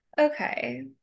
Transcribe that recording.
okay